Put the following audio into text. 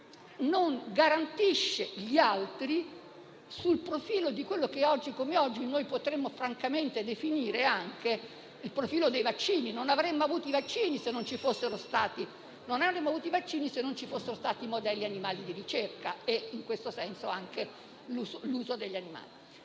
non garantisce gli altri sotto il profilo di quello che, oggi come oggi, potremmo francamente definire il profilo dei vaccini. Non avremmo avuto i vaccini se non ci fossero stati i modelli animali di ricerca e l'uso degli animali